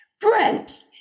Brent